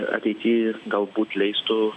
ateity galbūt leistų